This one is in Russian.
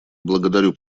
благодарю